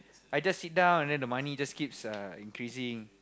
I just sit down and then the money just keeps uh increasing